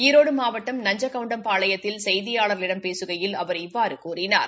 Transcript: ஈரோடு மாவட்டம் நஞ்சகவுண்டம்பாளையத்தில் செய்தியாளர்களிடம் பேசுகையில் அவர் இவ்வாறு கூறினார்